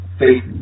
faith